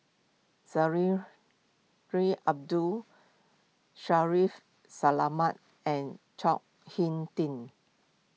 ray Abdul Shaffiq Selamat and Chao Hing Tin